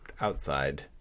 outside